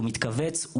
הוא מתכווץ,